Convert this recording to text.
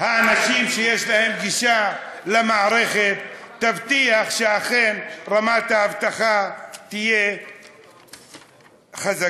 האנשים שיש להם גישה למערכת תבטיח שאכן רמת האבטחה תהיה חזקה?